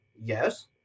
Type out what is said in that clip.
Yes